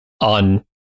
on